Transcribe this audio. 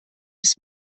bis